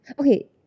Okay